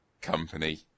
company